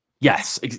yes